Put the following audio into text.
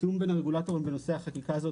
התיאום בין הרגולטורים בנושא החקיקה הזאת,